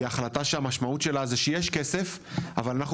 היא החלטה שהמשמעות שלה זה שיש כסף אבל אנחנו